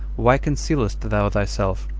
why concealest thou thyself?